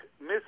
Miss